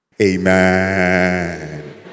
Amen